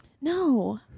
no